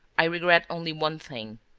i regret only one thing,